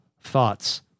thoughts